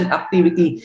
activity